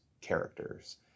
characters